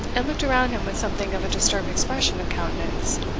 and looked around him with something of a disturbed expression of countenance.